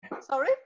Sorry